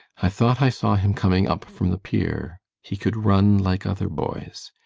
i thought i saw him coming up from the pier. he could run like other boys.